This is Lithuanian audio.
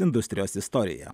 industrijos istorijoje